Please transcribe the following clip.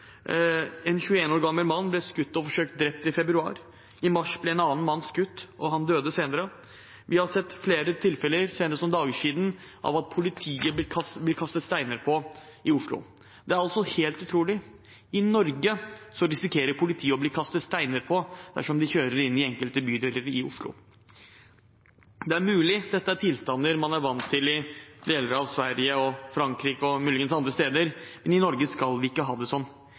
En 21 år gammel mann ble skutt og forsøkt drept i februar. I mars ble en annen mann skutt, og han døde senere. Vi har sett flere tilfeller, senest for noen dager siden, av at politiet blir kastet steiner på i Oslo. Det er helt utrolig: I Norge risikerer politiet å bli kastet steiner på dersom de kjører inn i enkelte bydeler i Oslo. Det er mulig dette er tilstander man er vant til i deler av Sverige og Frankrike og muligens andre steder, men i Norge skal vi ikke ha det sånn.